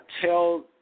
tell